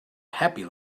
happy